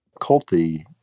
culty